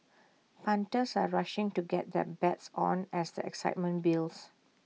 punters are rushing to get their bets on as the excitement builds